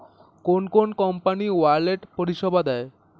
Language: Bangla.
কোন কোন কোম্পানি ওয়ালেট পরিষেবা দেয়?